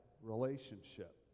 relationship